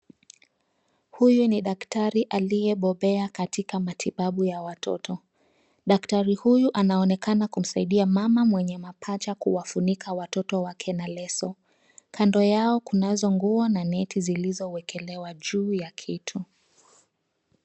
Huyu ni daktari aliye bobea katika matibabu ya watoto. Daktari huyu anaonekana kumsaidia mama mwenye mapacha kuwafunika watoto wake na leso. Kando yao kunazo nguo na net zilizowekelewa juu ya kitu.